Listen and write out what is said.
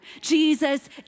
Jesus